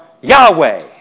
Yahweh